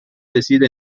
decide